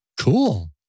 Cool